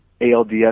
ALDS